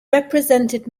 represented